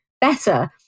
better